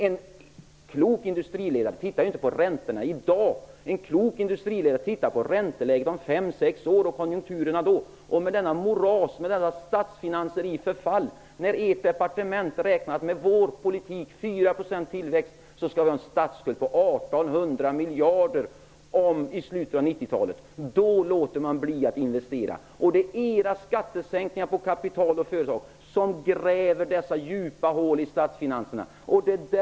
En klok industriledare tittar inte på ränteläget i dag. En klok industriledare tittar på hur ränteläget och konjunkturerna ser ut om 5--6 år. Det är nu ett moras med statsfinanser i förfall. Om vi räknar med en tillväxt på 4 % blir det en statsskuld på 1 800 miljarder i slutet av 90-talet. Då låter man bli att investera. Det är era skattesänkningar vad gäller kapital och företag som gräver dessa djupa hål i statsfinanserna.